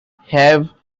have